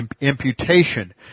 Imputation